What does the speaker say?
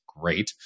Great